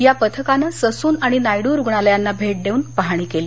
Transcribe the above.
या पथकानं ससून आणि नायडू रुग्णालयांना भेट देऊन पहाणी केली